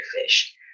fish